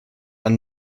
are